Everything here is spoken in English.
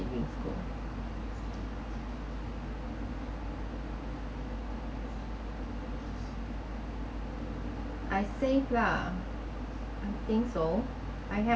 I saved lah I think so I have